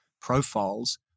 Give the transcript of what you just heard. profiles